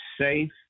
safe